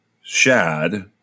Shad